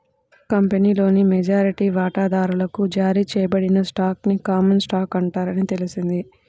కంపెనీలోని మెజారిటీ వాటాదారులకు జారీ చేయబడిన స్టాక్ ని కామన్ స్టాక్ అంటారని తెలిసింది